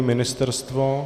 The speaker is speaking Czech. Ministerstvo?